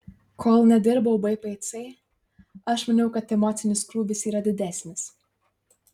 kol nedirbau bpc aš maniau kad emocinis krūvis yra didesnis